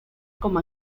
como